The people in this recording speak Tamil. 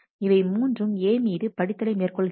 இவை மூன்றும் A மீது படித்தலை மேற்கொள்கின்றன